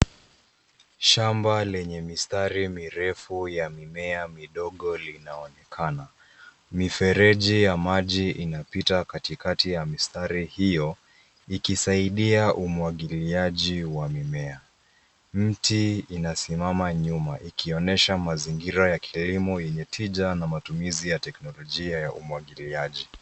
Shamba lenye mistari mirefu ya mimea midogo linaonekana. Mifereji ya maji inapita katikati ya mistari hiyo ikisaidia umwangiliaji wa mimea. Miti inasimama nyuma ikionyesha mazingira ya kilimo yenye tija na matumizi ya teknolojia ya umwangiliaji.